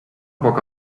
poc